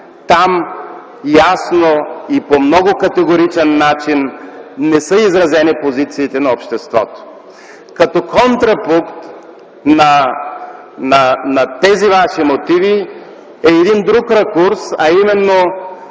там ясно и по много категоричен начин не са изразени позициите на обществото. Като контрапункт на тези Ваши мотиви е един друг ракурс, а именно